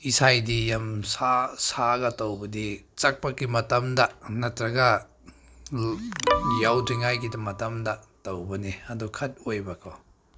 ꯏꯁꯩꯗꯤ ꯌꯥꯝ ꯁꯛꯂꯒ ꯇꯧꯕꯗꯤ ꯆꯠꯄꯒꯤ ꯃꯇꯝꯗ ꯅꯠꯇ꯭ꯔꯒ ꯌꯧꯗ꯭ꯔꯤꯉꯥꯏꯒꯤ ꯃꯇꯝꯗ ꯇꯧꯕꯅꯤ ꯑꯗꯨ ꯈꯛ ꯑꯣꯏꯕꯀꯣ